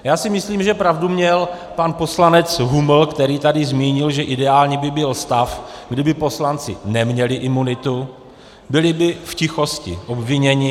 Já si myslím, že pravdu měl pan poslanec Huml, který tady zmínil, že ideální by byl stav, kdyby poslanci neměli imunitu, byli by v tichosti obviněni.